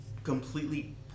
Completely